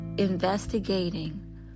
Investigating